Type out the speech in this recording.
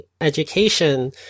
education